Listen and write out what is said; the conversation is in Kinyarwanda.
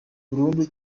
burundi